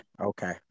Okay